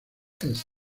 east